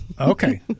Okay